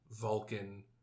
Vulcan